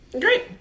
Great